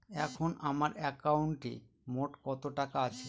এখন আমার একাউন্টে মোট কত টাকা আছে?